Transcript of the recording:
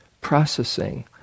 processing